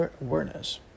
awareness